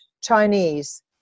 Chinese